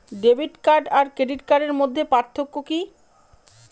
Debit card আর credit কার্ডের মধ্যে পার্থক্য কি?